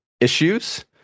issues